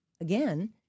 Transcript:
again